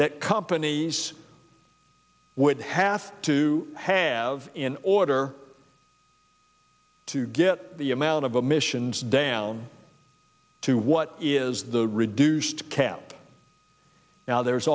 that companies would have to have in order to get the amount of the missions down to what is the reduced cap now there's